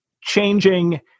changing